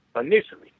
initially